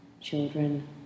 children